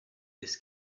this